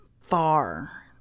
far